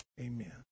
Amen